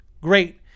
great